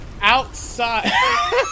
Outside